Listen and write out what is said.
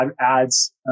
ads